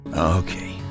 Okay